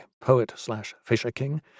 poet-slash-fisher-king